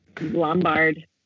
Lombard